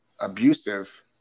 abusive